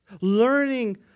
Learning